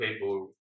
people